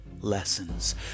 lessons